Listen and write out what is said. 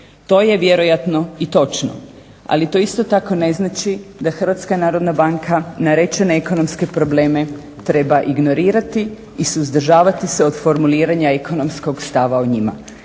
To je vjerojatno i točno, ali to isto tako ne znači da HNB narečene ekonomske probleme treba ignorirati i suzdržavati se od formuliranja ekonomskog stava o njima